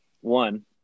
One